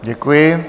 Děkuji.